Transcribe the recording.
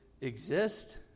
exist